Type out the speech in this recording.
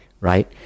right